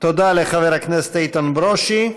תודה לחבר הכנסת איתן ברושי.